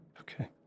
Okay